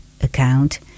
account